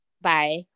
Bye